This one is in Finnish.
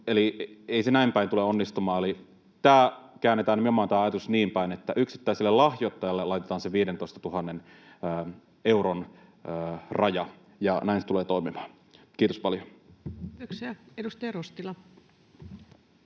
eli ei se näin päin tule onnistumaan. Eli käännetään tämä ajatus nimenomaan niin päin, että yksittäiselle lahjoittajalle laitetaan se 15 000 euron raja, ja näin se tulee toimimaan. — Kiitos paljon. Kiitoksia. — Edustaja Rostila.